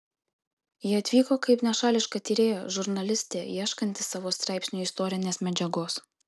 ji atvyko kaip nešališka tyrėja žurnalistė ieškanti savo straipsniui istorinės medžiagos